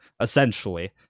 essentially